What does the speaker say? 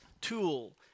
tool